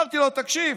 אמרתי לו: תקשיב,